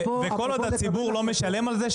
וכל עוד הציבור לא משלם על זה,